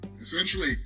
Essentially